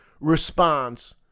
response